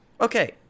okay